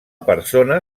persona